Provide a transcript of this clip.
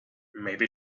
maybe